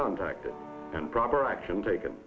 contacted and proper action taken